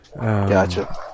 Gotcha